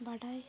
ᱵᱟᱰᱟᱭ